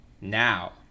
now